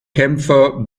kämpfer